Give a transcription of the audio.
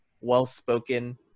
well-spoken